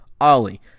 Ollie